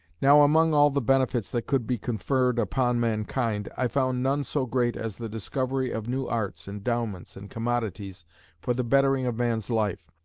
now among all the benefits that could be conferred upon mankind, i found none so great as the discovery of new arts, endowments, and commodities for the bettering of man's life.